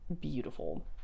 beautiful